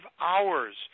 hours